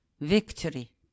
victory